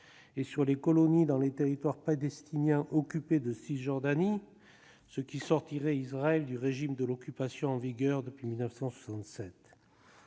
et sur les colonies dans les territoires palestiniens occupés de Cisjordanie, ce qui sortirait Israël du régime de l'occupation en vigueur depuis 1967